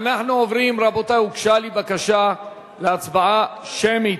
אנחנו עוברים, רבותי, הוגשה לי בקשה, להצבעה שמית,